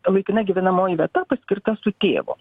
laikina gyvenamoji vieta paskirta su tėvu